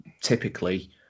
typically